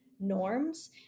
norms